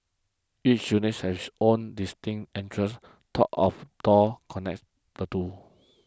each units has own distinct entrance taught of door connects the two